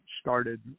started